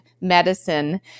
medicine